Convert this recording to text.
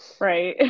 right